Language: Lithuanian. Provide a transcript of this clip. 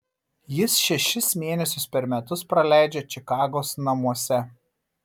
jis šešis mėnesius per metus praleidžia čikagos namuose